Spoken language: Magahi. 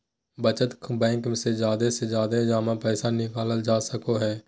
बचत बैंक से जादे से जादे जमा पैसा निकालल जा सको हय